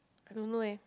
I don't know leh